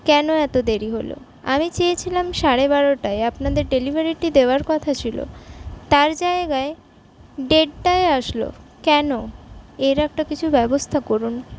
কেন এতো দেরি হল আমি চেয়েছিলাম সাড়ে বারোটায় আপনাদের ডেলিভারিটি দেওয়ার কথা ছিল তার জায়গায় দেড়টায় আসলো কেন এর একটা কিছু ব্যবস্থা করুন